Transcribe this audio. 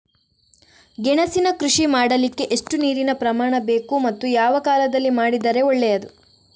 ಗೆಣಸಿನ ಕೃಷಿ ಮಾಡಲಿಕ್ಕೆ ಎಷ್ಟು ನೀರಿನ ಪ್ರಮಾಣ ಬೇಕು ಮತ್ತು ಯಾವ ಕಾಲದಲ್ಲಿ ಮಾಡಿದರೆ ಒಳ್ಳೆಯದು?